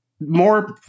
more